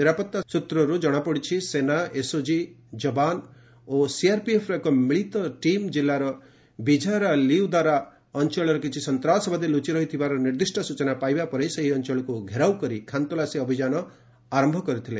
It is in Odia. ନିରାପତ୍ତା ସ୍ୱତ୍ରରେ ଜଣାପଡ଼ିଛି ସେନା ଏସ୍ଓଜି ଯବାନ ଏବଂ ସିଆର୍ପିଏଫ୍ର ଏକ ମିଳିତ ଟିମ୍ ଜିଲ୍ଲାର ବିଝାରା ଲିଉଦାରା ଅଞ୍ଚଳରେ କିଛି ସନ୍ତାସବାଦୀ ଲୁଚି ରହିଥିବାର ନିର୍ଦ୍ଦିଷ୍ଟ ସ୍ରଚନା ପାଇବା ପରେ ସେହି ଅଞ୍ଚଳକୁ ଘେରାଉ କରି ଖାନ୍ତଲାସୀ ଅଭିଯାନ ଆରମ୍ଭ କରିଥିଲେ